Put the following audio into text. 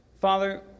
Father